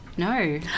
No